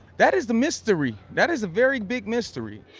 that is the mystery. that is a very big mystery.